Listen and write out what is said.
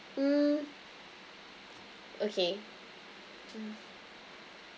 mm okay mm